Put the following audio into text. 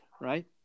right